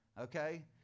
Okay